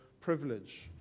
privilege